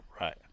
Right